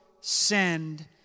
send